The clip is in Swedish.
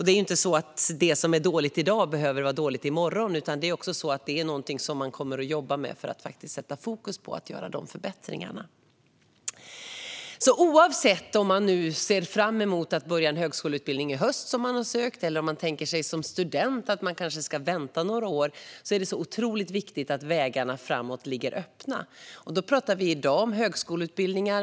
Det är inte så att det som är dåligt i dag behöver vara dåligt i morgon. Det är någonting som man kommer att jobba med för att sätta fokus på att göra de förbättringarna. Oavsett om man som student ser fram emot att börja en högskoleutbildning i höst som man har sökt eller tänker sig att man kanske ska vänta några år är det viktigt att vägarna framåt ligger öppna. Vi talar i dag om högskoleutbildningar.